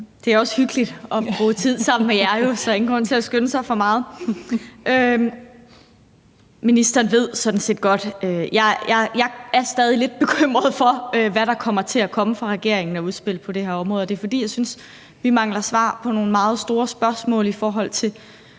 det er jo også hyggeligt at bruge tid sammen med jer, så der er ingen grund til at skynde sig for meget. Ministeren ved det sådan set godt: Jeg er stadig lidt bekymret for, hvad der kommer fra regeringen af udspil på det her område. Og det er, fordi jeg synes, vi mangler svar på nogle meget store spørgsmål om, hvorvidt